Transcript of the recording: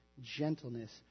gentleness